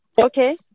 Okay